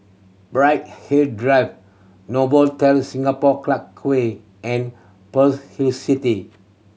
Bright Hill Drive Novotel Singapore Clarke Quay and Pearl's Hill City